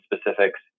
specifics